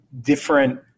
different